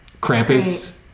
Krampus